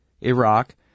Iraq